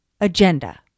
agenda